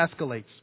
escalates